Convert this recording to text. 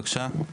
בבקשה.